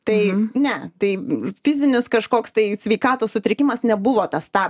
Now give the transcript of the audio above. tai ne tai fizinis kažkoks tai sveikatos sutrikimas nebuvo tas tą